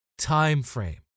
Timeframe